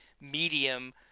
medium